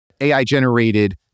AI-generated